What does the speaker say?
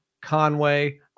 Conway